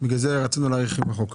בגלל זה רצינו להאריך את החוק.